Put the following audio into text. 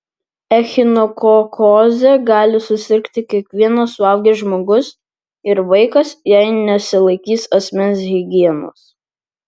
echinokokoze gali susirgti kiekvienas suaugęs žmogus ir vaikas jei nesilaikys asmens higienos